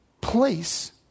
place